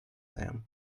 them